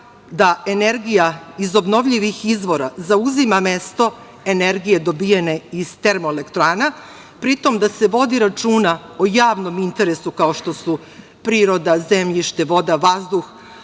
da energija iz obnovljivih izvora zauzima mesto energije dobijene iz termoelektrana, a pri tom da se vodi računa o javnom interesu kao što su priroda, zemljište, voda, vazduh,